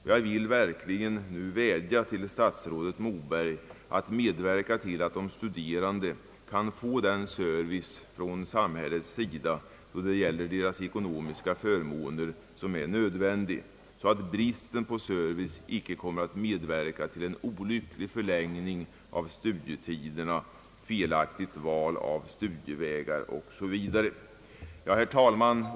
Jag vill nu verkligen vädja till statsrådet Moberg att medverka till att de studerande kan få den service från samhällets sida då det gäller deras ekonomiska förmåner som är nödvändig, så att bristen på service inte kommer att medverka till en olycklig förlängning av studietiderna, felaktigt val av studievägar OSV. Herr talman!